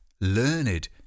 Learned